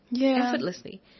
effortlessly